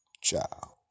Ciao